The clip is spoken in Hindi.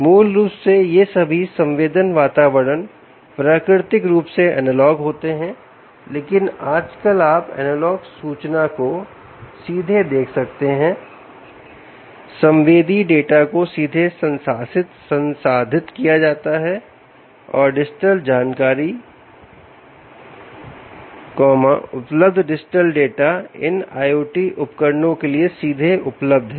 मूल रूप से यह सभी संवेदन वातावरण प्राकृतिक रूप से एनालॉग होते हैं लेकिन आजकल आप एनालॉग सूचना को सीधे देख सकते हैं संवेदी डाटा को सीधे संसाधित किया जाता है और डिजिटल जानकारी उपलब्ध डिजिटल डाटा इन IoT उपकरणों के लिए सीधे उपलब्ध है